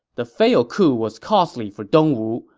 the failed coup was costly for dongwu.